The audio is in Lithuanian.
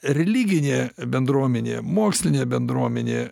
religinė bendruomenė mokslinė bendruomenė